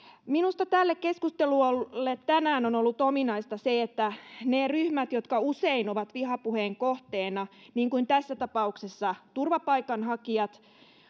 minusta tälle keskustelulle tänään on ollut ominaista se että ne ryhmät jotka usein ovat vihapuheen kohteena niin kuin tässä tapauksessa turvapaikanhakijat